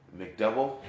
McDouble